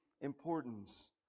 importance